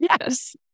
Yes